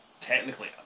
technically